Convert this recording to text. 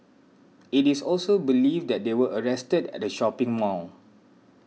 it is also believed that they were arrested at a shopping mall